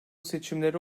seçimleri